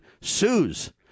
sues